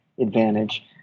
advantage